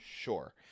Sure